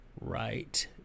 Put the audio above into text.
right